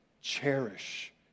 cherish